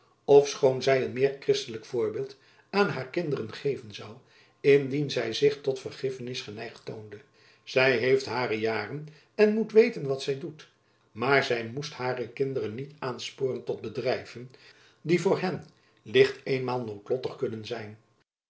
ofschoon zy een meer kristelijk voorbeeld aan haar kinderen geven zoû indien zy zich tot vergiffenis geneigd toonde zy heeft hare jaren en moet weten wat zy doet maar zy moest hare kinderen niet aansporen tot bedrijven die voor hen licht eenmaal noodlottig kunnen zijn